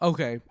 Okay